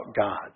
God